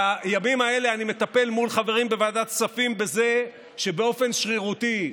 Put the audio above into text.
בימים האלה אני מטפל מול חברים בוועדת כספים בזה שבאופן שרירותי,